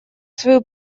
свою